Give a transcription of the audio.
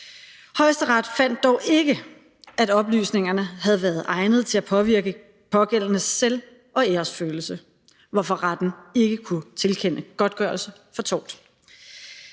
Højesteret fandt dog ikke, at oplysningerne havde været egnet til at påvirke den pågældendes selv- og æresfølelse, hvorfor retten ikke kunne tilkende godtgørelse for tort.